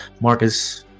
marcus